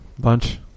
Lunch